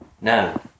no